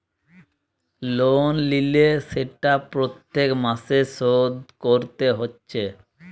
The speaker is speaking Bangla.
লোন লিলে সেটা প্রত্যেক মাসে শোধ কোরতে হচ্ছে